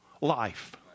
life